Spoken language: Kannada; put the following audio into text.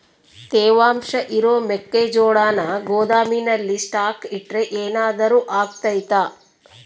ತೇವಾಂಶ ಇರೋ ಮೆಕ್ಕೆಜೋಳನ ಗೋದಾಮಿನಲ್ಲಿ ಸ್ಟಾಕ್ ಇಟ್ರೆ ಏನಾದರೂ ಅಗ್ತೈತ?